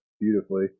beautifully